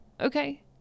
okay